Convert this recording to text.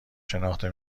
شناخته